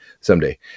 someday